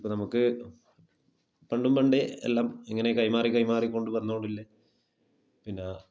അതിപ്പോൾ നമുക്ക് പണ്ടും പണ്ടെ എല്ലാം ഇങ്ങനെ കൈമാറി കൈമാറി കൊണ്ട് വന്നോണ്ടില്ല പിന്നെ